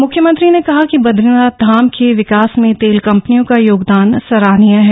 मुख्यमंत्री ने कहा कि बदरीनाथ धाम के विकास में तेल कंपनियों का योगदान सराहनीय है